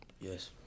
Yes